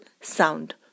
sound